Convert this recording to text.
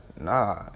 nah